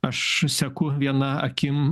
aš seku viena akim